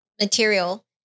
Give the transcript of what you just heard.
material